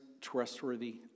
trustworthy